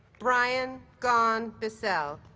brian gaughan bissell